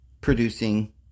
producing